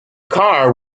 car